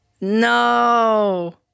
No